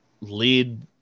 lead –